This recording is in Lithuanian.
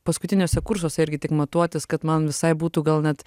paskutiniuose kursuose irgi tik matuotis kad man visai būtų gal net